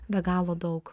be galo daug